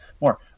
more